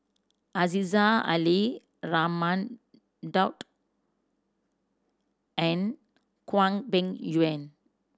Aziza Ali Raman Daud and Hwang Peng Yuan